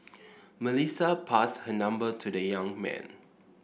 Melissa passed her number to the young man